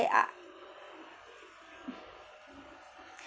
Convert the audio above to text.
I